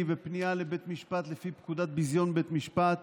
ופנייה לבית משפט לפי פקודת ביזיון בית משפט